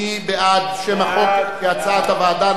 מי בעד שם החוק, כהצעת הוועדה?